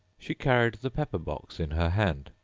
she carried the pepper-box in her hand,